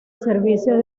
servicio